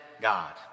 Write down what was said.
God